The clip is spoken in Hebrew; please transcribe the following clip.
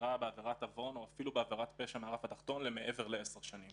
חקירה בעבירת עוון או אפילו בעבירת פשע מהרף התחתון מעבר ל-10 שנים.